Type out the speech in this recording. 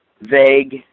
vague